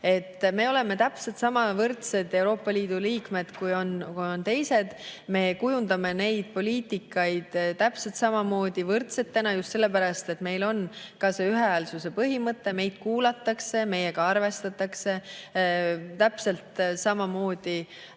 Me oleme täpselt samamoodi võrdsed Euroopa Liidu liikmed, kui on teised. Me kujundame poliitikat täpselt samamoodi nendega võrdsetena, kas või just sellepärast, et meil on ühehäälsuse põhimõte. Meid kuulatakse ja meiega arvestatakse täpselt samamoodi